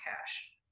cash